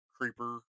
creeper